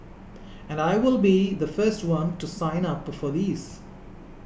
and I will be the first one to sign up for these